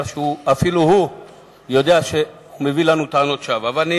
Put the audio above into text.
שאפילו הוא יודע שהוא מביא לנו בו טענות שווא.